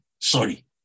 Sorry